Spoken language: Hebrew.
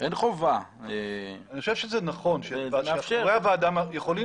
אני חושב שזה נכון שחברי הוועדה יכולים